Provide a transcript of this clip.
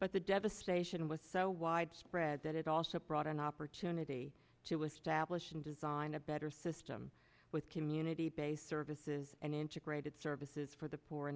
but the devastation was so widespread that it also brought an opportunity to establish and design a better system with community based services and integrated services for the poor an